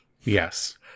Yes